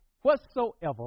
whatsoever